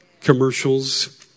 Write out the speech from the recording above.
commercials